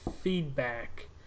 feedback